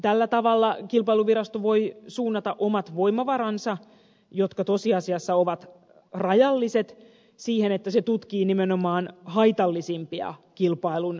tällä tavalla kilpailuvirasto voi suunnata omat voimavaransa jotka tosiasiassa ovat rajalliset siihen että se tutkii nimenomaan haitallisimpia kilpailun rajoituksia